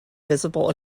visible